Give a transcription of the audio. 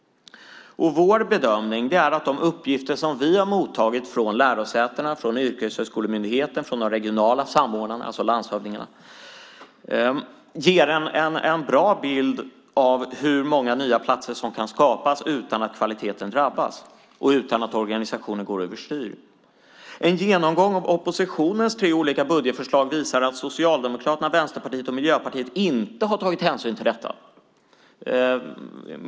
Vår bedömning är att de uppgifter som vi har mottagit från lärosätena, Myndigheten för yrkeshögskolan och de regionala samordnarna, alltså landshövdingarna, ger en bra bild av hur många nya platser som kan skapas utan att kvaliteten drabbas och utan att organisationen går över styr. En genomgång av oppositionens tre olika budgetförslag visar att Socialdemokraterna, Vänsterpartiet och Miljöpartiet inte har tagit hänsyn till detta.